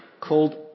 called